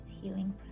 healing